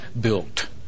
built